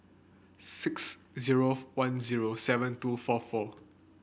six zero one zero seven two four four